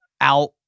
out